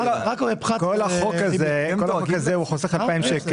כל החוק הזה חוסך 2,000 ₪,